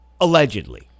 Allegedly